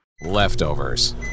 Leftovers